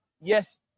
yes